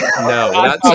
No